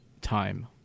time